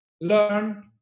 learn